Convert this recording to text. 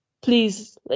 Please